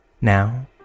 Now